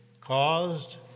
caused